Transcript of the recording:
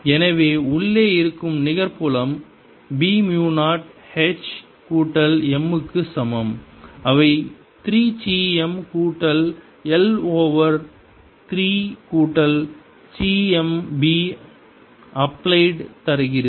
எனவே உள்ளே இருக்கும் நிகர் புலம் b மு 0 h கூட்டல் m க்கு சமம் அவை 3 சி m கூட்டல் 1 ஓவர் 3 கூட்டல் சி m b அப்பிளைட் தருகிறது